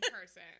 person